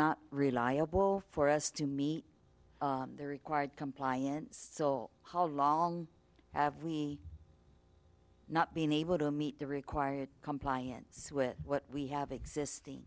not reliable for us to meet their required compliance how long have we not been able to meet the required compliance with what we have existing